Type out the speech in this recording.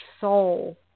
soul